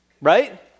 right